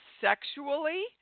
sexually